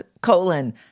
colon